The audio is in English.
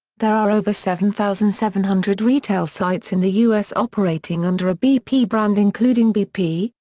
there are over seven thousand seven hundred retail sites in the us operating under a bp brand including bp,